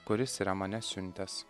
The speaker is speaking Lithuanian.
kuris yra mane siuntęs